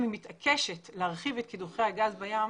אם היא מתעקשת להרחיב את קידוחי הגז בים,